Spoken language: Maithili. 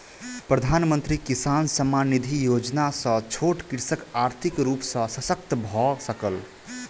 प्रधानमंत्री किसान सम्मान निधि योजना सॅ छोट कृषक आर्थिक रूप सॅ शशक्त भअ सकल